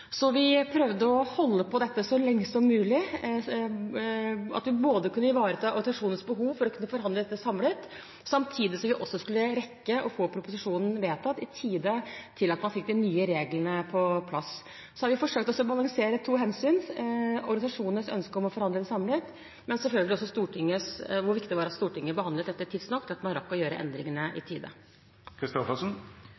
så lenge som mulig ved å ivareta organisasjonenes behov for å kunne forhandle dette samlet, samtidig som vi også skulle rekke å få proposisjonen vedtatt i tide til at man fikk de nye reglene på plass. Så har vi forsøkt å balansere to hensyn – organisasjonenes ønske om å forhandle det samlet, men selvfølgelig også hvor viktig det var at Stortinget behandlet dette tidsnok til at man rakk å gjøre endringene i